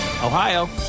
Ohio